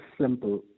simple